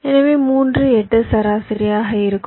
எனவே 3 8 சராசரியாக இருக்கும்